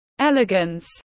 elegance